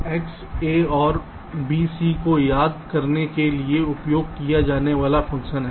तो यह x a or b c को याद करने के लिए उपयोग किया जाने वाला फ़ंक्शन है